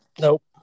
Nope